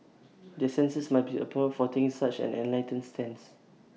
the censors must be applauded for taking such an enlightened stance